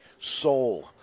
soul